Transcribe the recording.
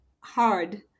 hard